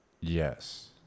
Yes